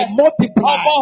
multiply